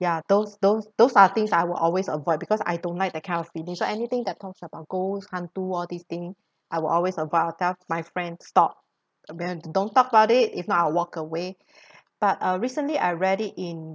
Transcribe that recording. ya those those those are things I will always avoid because I don't like that kind of feeling so anything that talks about ghost hantu all these thing I will always avoid I will tell my friend stop ab~ don't talk about it if not I'll walk away but recently I read it in